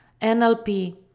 NLP